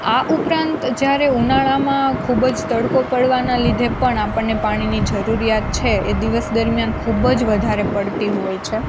આ ઉપરાંત જ્યારે ઉનાળામાં ખૂબ જ તડકો પડવાના લીધે પણ આપણને પાણીની જરૂરિયાત છે એ દિવસ દરમ્યાન ખૂબ જ વધારે પડતી હોય છે